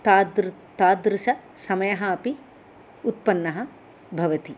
तादृशसमयः अपि उत्पन्नः भवति